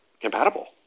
compatible